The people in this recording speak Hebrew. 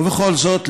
ובכל זאת,